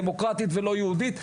דמוקרטית ולא יהודית,